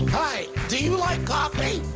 hi, do you like coffee?